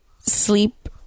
sleep